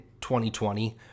2020